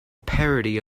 parody